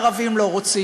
הערבים לא רוצים.